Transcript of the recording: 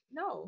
no